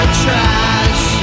trash